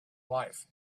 life